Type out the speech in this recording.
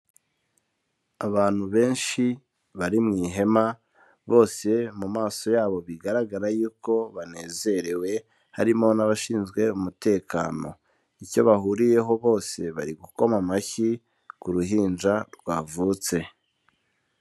Abantu benshi bari mu ihema bose mu maso yabo bigaragara yuko banezerewe harimo n'abashinzwe umutekano, icyo bahuriyeho bose bari gukoma amashyi ku ruhinja rwavutse.